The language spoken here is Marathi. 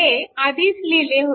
हे आधीच लिहिले होते